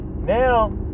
Now